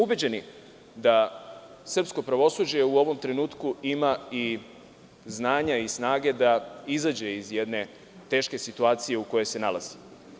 Ubeđeni smo da srpsko pravosuđe u ovom trenutku ima i znanja i snage da izađe iz jedne teške situacije u kojoj se nalazi.